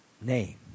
name